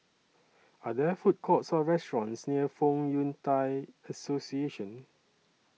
Are There Food Courts Or restaurants near Fong Yun Thai Association